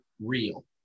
real